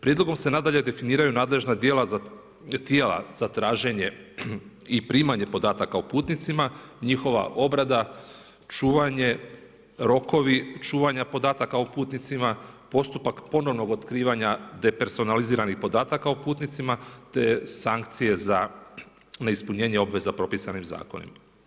Prijedlogom se nadalje definiraju nadležna tijela za traženje i primanje podataka o putnicima, njihova obrada čuvanje, rokovi, čuvanja podataka o putnicima, postupak ponovnog otkrivanja depersonaliziranih podataka o putnicima te sankcije za neispunjenje obveza propisanih zakona.